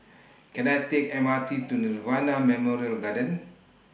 Can I Take M R T to Nirvana Memorial Garden